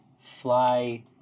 fly